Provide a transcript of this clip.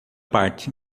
parte